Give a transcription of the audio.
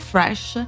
Fresh